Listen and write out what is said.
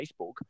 Facebook